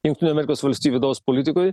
jungtinių amerikos valstijų vidaus politikoj